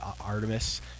Artemis